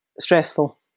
stressful